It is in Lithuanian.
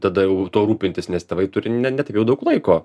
tada jau tuo rūpintis nes tėvai turi ne taip jau daug laiko